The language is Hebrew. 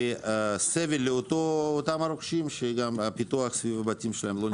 והסבל לאותם הרוכשים שגם הפיתוח הסביבתי שלהם לא נגמר.